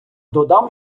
додам